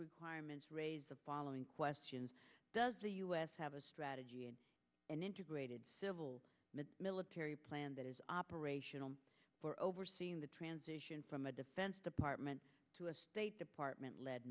requirements raise the following questions does the u s have a strategy and an integrated civil military plan that is operational or overseeing the transition from a defense department to a state department led